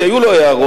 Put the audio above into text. כי היו לו הערות,